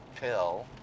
pill